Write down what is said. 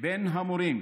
לבין המורים